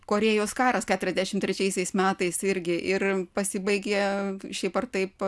korėjos karas keturiasdešimt trečiaisiais metais irgi ir pasibaigė šiaip ar taip